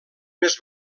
més